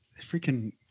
freaking